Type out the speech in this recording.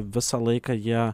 visą laiką jie